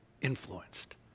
influenced